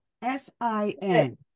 s-i-n